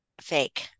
Fake